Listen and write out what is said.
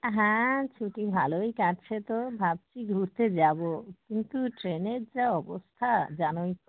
হ্যাঁ ছুটি ভালোই কাটছে তো ভাবছি ঘুরতে যাবো কিন্তু ট্রেনের যা অবস্থা জানোই তো